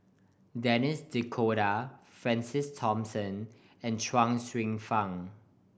Denis D'Cotta Francis Thomas and Chuang Hsueh Fang